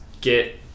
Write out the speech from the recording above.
get